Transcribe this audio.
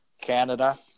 Canada